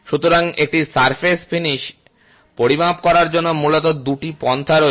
সুতরাং একটি surface finish পরিমাপ করার জন্য মূলত দুটি পন্থা রয়েছে